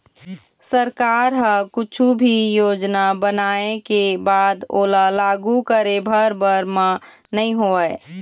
सरकार ह कुछु भी योजना बनाय के बाद ओला लागू करे भर बर म नइ होवय